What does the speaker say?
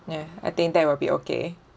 ya I think that will be okay